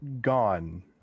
gone